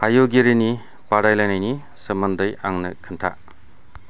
हायुंगिरिनि बादायलायनायनि सोमोन्दै आंनो खोन्था